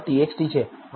txt છે અને હું રો